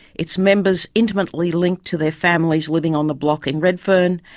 its members intimately linked to their families living on the block in redfern,